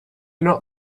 not